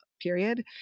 period